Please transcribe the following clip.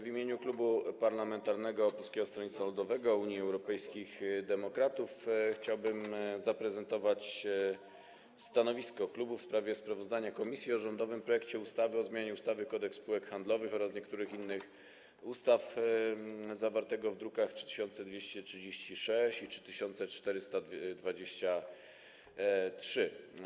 W imieniu Klubu Parlamentarnego Polskiego Stronnictwa Ludowego - Unii Europejskich Demokratów chciałbym zaprezentować stanowisko klubu w sprawie sprawozdania komisji o rządowym projekcie ustawy o zmianie ustawy Kodeks spółek handlowych oraz niektórych innych ustaw, druki nr 3236 i 3423.